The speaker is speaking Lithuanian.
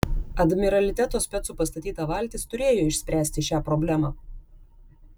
admiraliteto specų pastatyta valtis turėjo išspręsti šią problemą